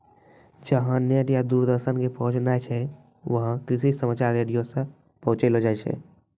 जहां नेट या दूरदर्शन के पहुंच नाय छै वहां कृषि समाचार रेडियो सॅ पहुंचैलो जाय छै